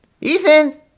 Ethan